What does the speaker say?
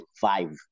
five